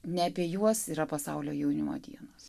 ne apie juos yra pasaulio jaunimo dienos